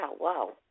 wow